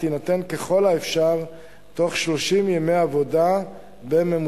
ההחלטה תינתן ככל האפשר תוך 30 ימי עבודה בממוצע.